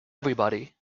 everybody